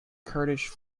kurdish